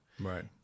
Right